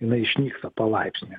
jinai išnyksta palaipsniu